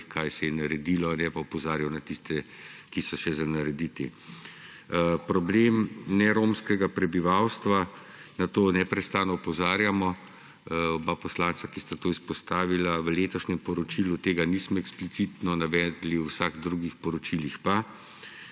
kaj se je naredilo, ne pa opozarjal na tiste, ki so še za narediti. Problem neromskega prebivalstva, na to neprestano opozarjamo. Oba poslanca, ki sta to izpostavila, v letošnjem poročilu tega nismo eksplicitno navedli, v vseh drugih poročilih pa.